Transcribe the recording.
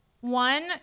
one